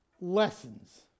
lessons